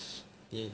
你